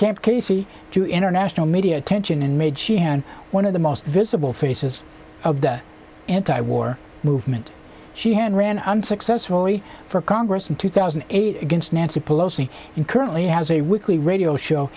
camp casey to international media attention and made she and one of the most visible faces of the anti war movement she had ran unsuccessfully for congress in two thousand and eight against nancy pelosi and currently has a weekly radio show